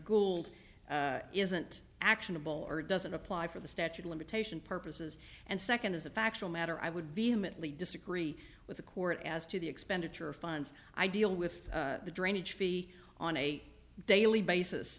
gould isn't actionable or doesn't apply for the statute of limitation purposes and second as a factual matter i would vehemently disagree with the court as to the expenditure of funds i deal with the drainage fee on a daily basis